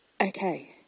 okay